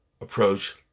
approach